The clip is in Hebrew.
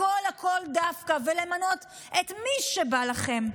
הכול הכול דווקא, ולמנות את מי שבא לכם,